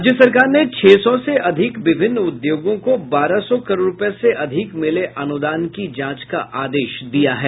राज्य सरकार ने छह सौ से अधिक विभिन्न उद्योगों को बारह सौ करोड़ रूपये से अधिक मिले अनुदान की जांच का आदेश दिया है